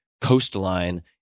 Coastline